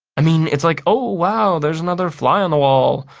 i mean, it's like, oh wow, there's another fly on the wall!